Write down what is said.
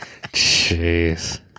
Jeez